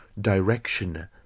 direction